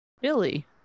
Billy